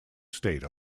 state